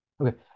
okay